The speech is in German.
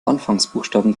anfangsbuchstaben